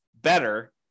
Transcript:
better